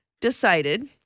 decided